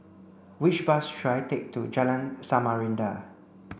which bus should I take to Jalan Samarinda